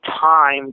time